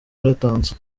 yaratanze